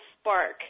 spark